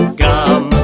gum